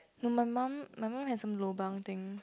no my mum my mum has some lobang thing